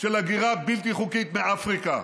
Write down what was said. של הגירה בלתי חוקית מאפריקה.